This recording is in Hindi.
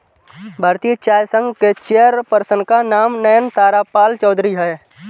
भारतीय चाय संघ के चेयर पर्सन का नाम नयनतारा पालचौधरी हैं